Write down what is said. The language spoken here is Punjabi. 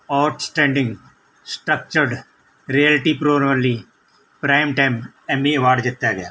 out standing structured reality formerly prime time Emmy award ਜਿੱਤਿਆ ਗਿਆ